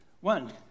One